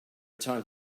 time